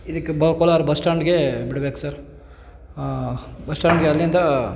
ಇದಕ್ಕೆ ಬ ಕೋಲಾರ ಬಸ್ ಸ್ಟ್ಯಾಂಡ್ಗೆ ಬಿಡ್ಬೇಕು ಸರ್ ಬಸ್ ಸ್ಟ್ಯಾಂಡ್ಗೆ ಅಲ್ಲಿಂದ